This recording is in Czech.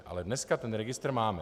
Ale dneska ten registr máme.